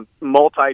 multi